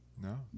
No